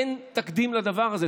אין תקדים לדבר הזה.